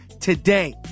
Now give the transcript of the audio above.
today